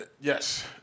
yes